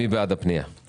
מי בעד הפנייה?